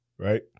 right